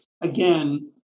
again